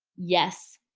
yes,